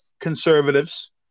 conservatives